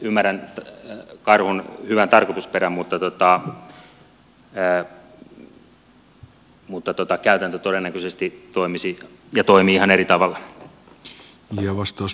ymmärrän karhun hyvän tarkoitusperän mutta käytäntö todennäköisesti toimisi ja toimii ihan eri tavalla